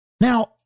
Now